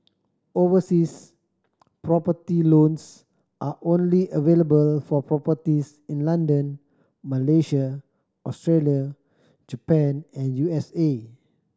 overseas property loans are only available for properties in London Malaysia Australia Japan and U S A